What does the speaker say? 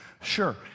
Sure